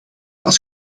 als